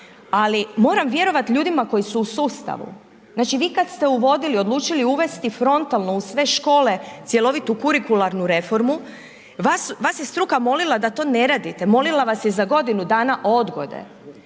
ali moram vjerovat ljudima koji su u sustavu, znači vi kad ste uvodili, odlučili uvesti frontalno u sve škole cjelovitu kurikularnu reformu, vas je struka molila da to ne radite, molila vas je za godinu dana odgode.